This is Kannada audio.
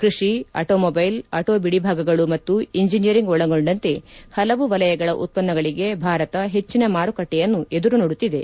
ಕ್ಷಷಿ ಆಟೋಮೊಬೈಲ್ ಆಟೋ ಬಿಡಿಭಾಗಗಳು ಮತ್ತು ಇಂಜಿನಿಯರಿಂಗ್ ಒಳಗೊಂಡಂತೆ ಹಲವು ವಲಯಗಳ ಉತ್ತನ್ನಗಳಿಗೆ ಭಾರತ ಹೆಚ್ಚನ ಮಾರುಕಟ್ಟೆಯನ್ನು ಎದುರು ನೋಡುತ್ತಿದೆ